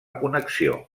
connexió